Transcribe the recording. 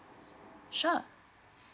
sure